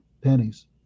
pennies